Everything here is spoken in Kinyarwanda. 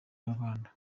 nyarwanda